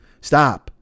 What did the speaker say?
Stop